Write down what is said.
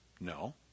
No